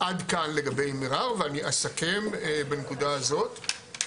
עד כאן לגבי מע'אר ואני אסכם בנקודה הזאת,